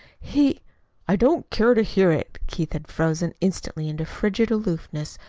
he i don't care to hear it. keith had frozen instantly into frigid aloofness.